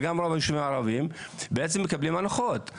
וגם רוב הישובים הערביים מקבלים הנחות.